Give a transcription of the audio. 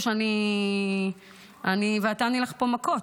או שאני ואתה נלך פה מכות.